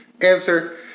Answer